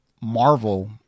Marvel